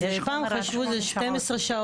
אז יש חומר --- יש 12 שעות,